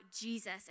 Jesus